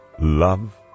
love